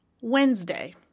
Wednesday